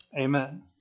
Amen